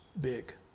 big